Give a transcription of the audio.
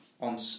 on